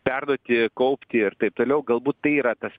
perduoti kaupti ir taip toliau galbūt tai yra tas